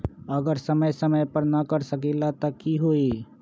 अगर समय समय पर न कर सकील त कि हुई?